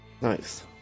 Nice